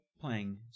playing